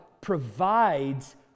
provides